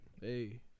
Hey